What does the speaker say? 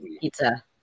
pizza